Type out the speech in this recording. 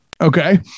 Okay